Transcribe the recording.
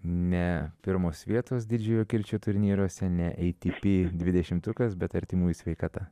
ne pirmos vietos didžiojo kirčio turnyruose ne ei ti pi dvidešimtukas bet artimųjų sveikata